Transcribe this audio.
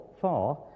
far